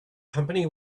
company